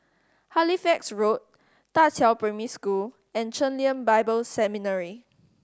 Halifax Road Da Qiao Primary School and Chen Lien Bible Seminary